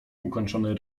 ukończony